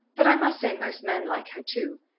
but i must say most men like her, too.